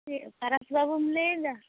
ᱪᱮᱫ ᱛᱟᱨᱟᱥ ᱵᱟᱹᱵᱩᱢ ᱞᱟᱹᱭᱮᱫᱟ